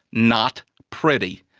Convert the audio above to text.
not pretty.